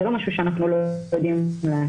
זה לא משהו שאנחנו לא יודעים לעשות,